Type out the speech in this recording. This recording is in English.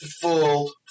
full